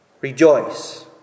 Rejoice